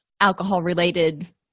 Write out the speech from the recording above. alcohol-related